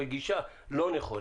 זאת גישה לא נכונה.